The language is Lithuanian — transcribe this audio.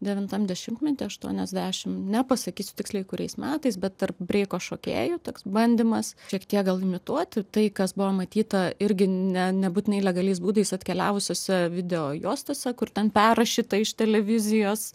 devintam dešimtmety aštuoniasdešim nepasakysiu tiksliai kuriais metais bet tarp breiko šokėjų toks bandymas šiek tiek gal imituoti tai kas buvo matyta irgi ne nebūtinai legaliais būdais atkeliavusiose video juostose kur ten perrašyta iš televizijos